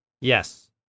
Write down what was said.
Yes